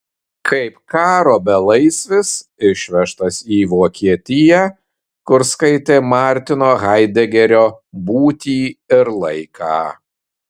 kaip karo belaisvis išvežtas į vokietiją kur skaitė martino haidegerio būtį ir laiką